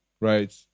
right